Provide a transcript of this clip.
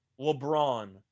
LeBron